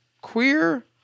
queer